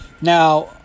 Now